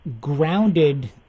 grounded